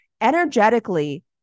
energetically